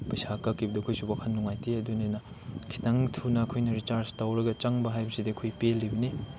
ꯄꯩꯁꯥ ꯀꯛꯈꯤꯕꯗꯣ ꯑꯩꯈꯣꯏꯁꯨ ꯋꯥꯈꯜ ꯅꯨꯡꯉꯥꯏꯇꯦ ꯑꯗꯨꯅ ꯈꯤꯇꯪ ꯊꯨꯅ ꯑꯩꯈꯣꯏꯅ ꯔꯤꯆꯥꯔꯖ ꯇꯧꯔꯒ ꯆꯪꯕ ꯍꯥꯏꯕꯁꯤꯗꯤ ꯑꯩꯈꯣꯏ ꯄꯦꯜꯂꯤꯕꯅꯤ